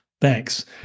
Thanks